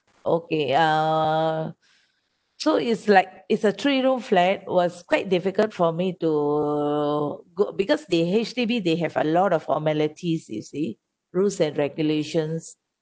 okay uh so it's like it's a three room flat was quite difficult for me to go because they H_D_B they have a lot of formalities you see rules and regulations